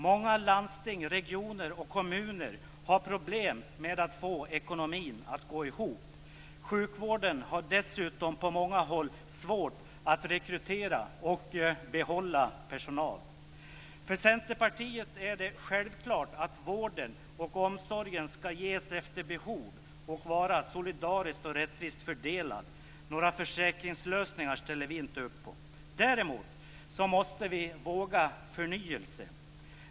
Många landsting, regioner och kommuner har problem med att få ekonomin att gå ihop. Sjukvården har dessutom på många håll svårt att rekrytera och behålla personal. För Centerpartiet är det självklart att vården och omsorgen ska ges efter behov och vara solidariskt och rättvist fördelad. Några försäkringslösningar ställer vi inte upp på. Däremot måste vi våga förnyelse.